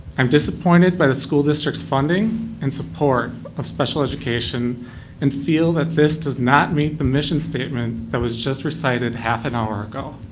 i'm disappointed by the school district's funding and support of special education and feel that this does not meet the mission statement that was just recited half an hour ago.